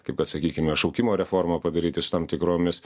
kaip kad sakykime šaukimo reformą padaryti su tam tikromis